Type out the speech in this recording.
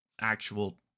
actual